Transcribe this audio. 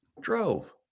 drove